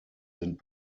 sind